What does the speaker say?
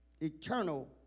Eternal